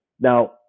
Now